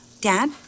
Dad